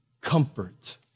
comfort